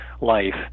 life